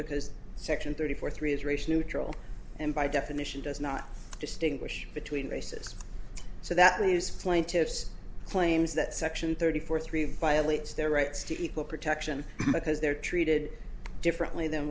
because section thirty four three is racial neutral and by definition does not distinguish between races so that leaves plaintiffs claims that section thirty four three violates their rights to protection because they're treated differently than